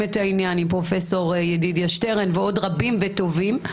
את העניין עם פרופסור ידידיה שטרן ועוד רבים וטובים.